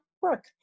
work